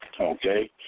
Okay